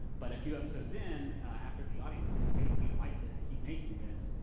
but a few episodes in, after the audience was like, hey, we like this, keep making this,